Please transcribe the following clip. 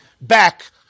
back